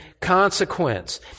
consequence